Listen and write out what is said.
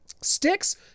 Sticks